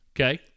Okay